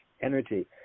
energy